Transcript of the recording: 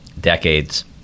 decades